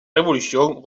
révolution